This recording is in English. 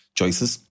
choices